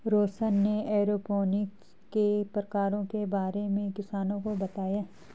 रौशन ने एरोपोनिक्स के प्रकारों के बारे में किसानों को बताया